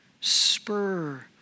spur